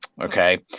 okay